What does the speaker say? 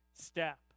step